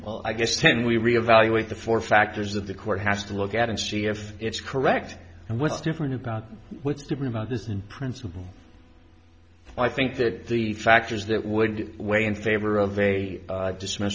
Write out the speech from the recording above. well i guess then we reevaluate the four factors that the court has to look at and see if it's correct and what's different about what's different about this in principle i think that the factors that would weigh in favor of a dismiss